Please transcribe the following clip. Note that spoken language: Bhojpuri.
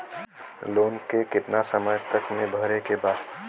लोन के कितना समय तक मे भरे के बा?